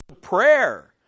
prayer